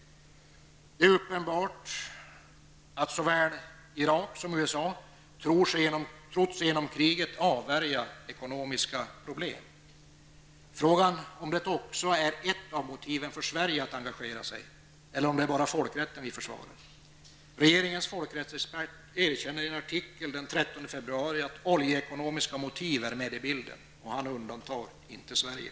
Det är uppenbart att såväl Irak som USA trott sig genom kriget avvärja ekonomiska problem. Frågan är om det också är ett av motiven för Sverige att engagera sig eller om det bara är folkrätten som vi försvarar. Regeringens folkrättsexpert erkänner i en artikel i Dagens Nyheter den 13 februari att oljeekonomiska motiv är med i bilden. Han undantar inte Sverige.